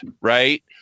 right